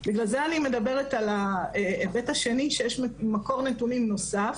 בגלל זה אני מדברת על ההיבט השני שיש מקור נתונים נוסף,